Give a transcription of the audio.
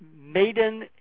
Maiden